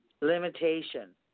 limitation